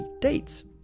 dates